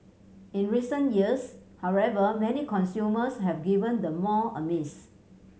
in recent years however many consumers have given the mall a miss